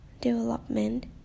Development